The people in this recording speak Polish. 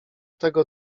tego